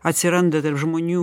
atsiranda tarp žmonių